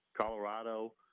colorado